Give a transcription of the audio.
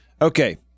okay